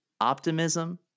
optimism